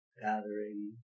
gathering